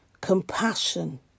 compassion